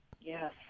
Yes